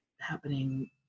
happening